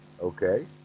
Okay